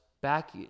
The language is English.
back